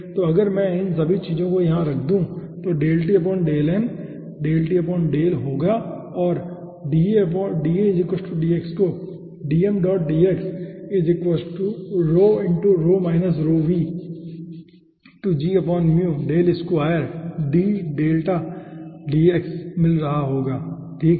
तो अगर मैं इन सभी चीजों को यहाँ रख दूँ तो होगा और dAdx को मिल रहा होगा ठीक है